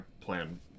plan